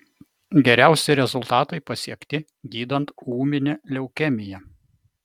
geriausi rezultatai pasiekti gydant ūminę leukemiją